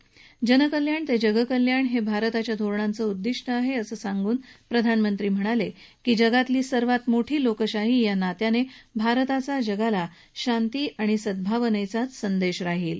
जनकल्याण ते जगकल्याण हे भारताच्या धोरणांचं उद्दिष्ट आहे असं सांगून प्रधानमंत्री म्हणाले की जगातली सर्वात मोठी लोकशाही या नात्याने भारताचा जगाला शांती आणि सद्भावाचाच संदेश राहील